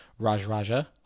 Rajraja